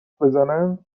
بزنند